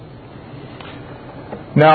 Now